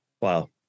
Wow